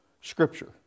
scripture